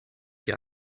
hier